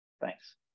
Thanks